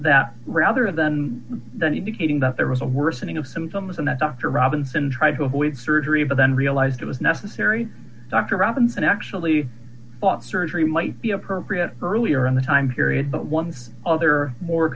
that rather than the new beginning that there was a worsening of symptoms and i thought to robinson try to avoid surgery but then realized it was necessary dr robinson actually thought surgery might be appropriate earlier on the time period but ones other more